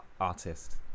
artist